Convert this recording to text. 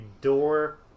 door